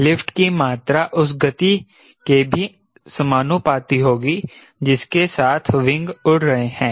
lift की मात्रा उस गति के भी समानुपाती होगी जिसके साथ विंग उड़ रहे है